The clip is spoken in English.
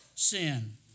sin